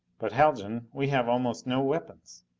but haljan, we have almost no weapons!